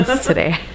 today